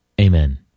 Amen